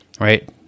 right